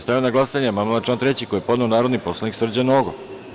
Stavljam na glasanje amandman na član 3. koji je podneo narodni poslanik Srđan Nogo.